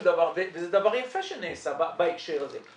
וזה דבר יפה שנעשה בהקשר הזה.